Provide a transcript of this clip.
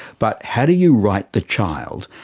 but how do you write the child?